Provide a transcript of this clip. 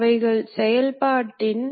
இதில் ஒரு ஸ்லைடு உள்ளது